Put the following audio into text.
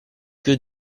que